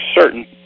certain